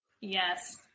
Yes